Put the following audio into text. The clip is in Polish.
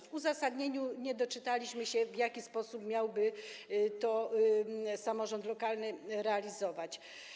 W uzasadnieniu nie doczytaliśmy się, w jaki sposób miałby samorząd lokalny to realizować.